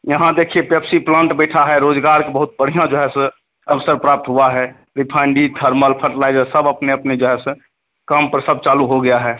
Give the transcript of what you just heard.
यहाँ देखिए Pepsi plant बैठा है रोज़गार के बहुत बढ़िया सो जो है अवसर प्राप्त हुआ है रिफाइनरी थर्मल फर्टिलाइजर सब अपने अपने जो है सो काम पर सब चालू हो गया है